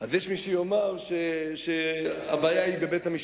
אז יש מי שיאמר שהבעיה היא בבית-המשפט,